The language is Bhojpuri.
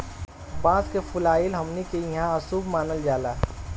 बांस के फुलाइल हमनी के इहां अशुभ मानल जाला